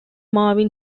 marvin